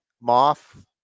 moth